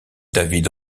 david